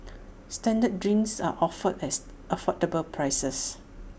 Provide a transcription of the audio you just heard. standard drinks are offered at affordable prices